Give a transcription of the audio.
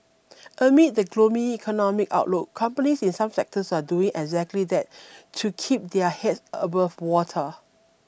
amid the gloomy economic outlook companies in some sectors are doing exactly that to keep their heads above water